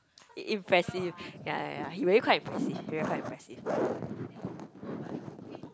i~ impressive ya ya ya he really quite impressive really quite impressive